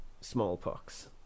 smallpox